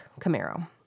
Camaro